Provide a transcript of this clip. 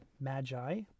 magi